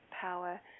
power